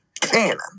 canon